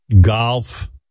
golf